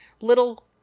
little